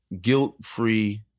Guilt-free